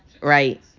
right